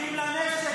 אחים לנשק